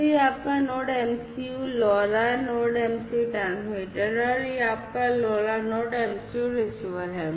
और यह आपका Node MCU LoRa Node MCU transmitter है और यह आपका LoRa Node MCU रिसीवर है